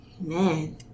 man